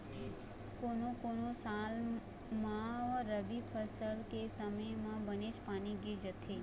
कोनो कोनो साल म रबी फसल के समे म बनेच पानी गिर जाथे